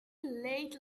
late